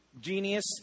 genius